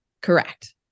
Correct